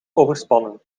overspannen